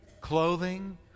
clothing